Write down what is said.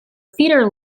feeder